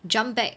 jump back